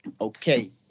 Okay